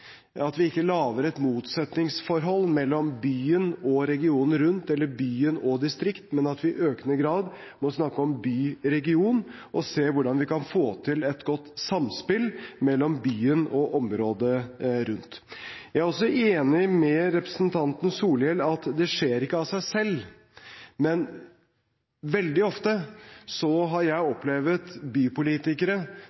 at vi ikke skaper et motsetningsforhold mellom byen og regionen rundt, mellom byen og distriktet, men at vi i økende grad snakker om byregion og ser på hvordan vi kan få til et godt samspill mellom byen og området rundt. Jeg er enig med representanten Solhjell i at dette ikke skjer av seg selv. Veldig ofte har jeg